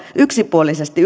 yksipuolisesti